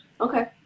Okay